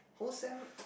whole sem